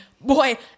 boy